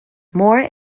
moore